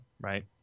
right